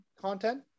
content